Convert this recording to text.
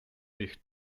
jich